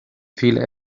feel